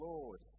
Lord